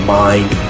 mind